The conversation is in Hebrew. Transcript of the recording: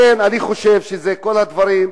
לכן אני חושב שזה כל הדברים,